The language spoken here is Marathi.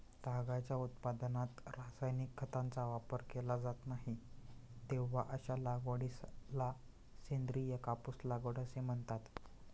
तागाच्या उत्पादनात रासायनिक खतांचा वापर केला जात नाही, तेव्हा अशा लागवडीला सेंद्रिय कापूस लागवड असे म्हणतात